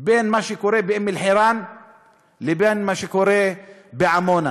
בין מה שקורה באום-אלחיראן לבין מה שקורה בעמונה.